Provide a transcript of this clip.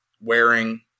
wearing